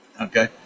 okay